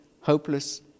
hopeless